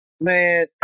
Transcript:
man